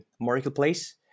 marketplace